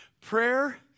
prayer